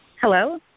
Hello